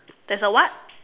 there's a what